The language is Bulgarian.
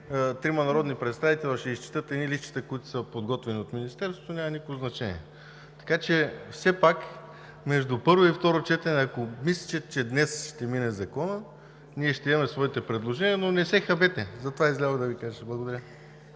трима народни представители – ще изчетат едни листчета, които са подготвени от Министерството, няма никакво значение. Все пак между първо и второ четене, ако мислите, че днес ще мине Законът, ние ще имаме своите предложения, но не се хабете. Затова излязох да Ви кажа. Благодаря.